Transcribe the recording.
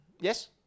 Yes